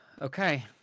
Okay